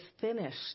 finished